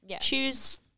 choose